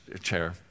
chair